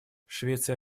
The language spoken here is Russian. швеция